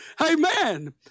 Amen